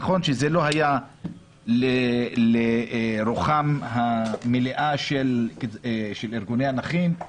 נכון שזה לא היה לרוחם המלאה של ארגוני הנכים,